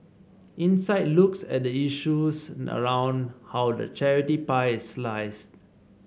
insight looks at the issues around how the charity pie is sliced